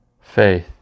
faith